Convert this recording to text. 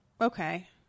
Okay